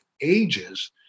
ages